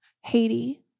Haiti